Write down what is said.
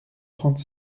trente